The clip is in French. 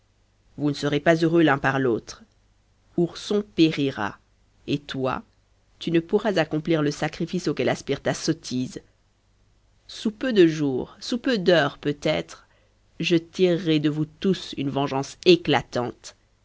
vous ne serez pas heureux l'un par l'autre ourson périra et toi tu ne pourras accomplir le sacrifice auquel aspire ta sottise sous peu de jours sous peu d'heures peut-être je tirerai de vous tous une vengeance éclatante